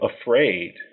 afraid